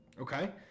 Okay